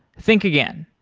think again.